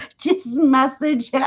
just message yeah